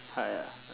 ha